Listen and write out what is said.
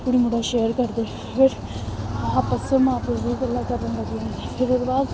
कुड़ी मुड़ा शेयर करदे फिर आपस च मां प्योऽ बी गल्लां करन लगी पौंदे फिर उ'दे बाद